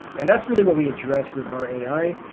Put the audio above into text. and that's really what we address with our ai.